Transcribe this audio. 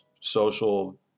social